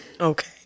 Okay